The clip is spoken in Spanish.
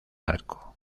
arco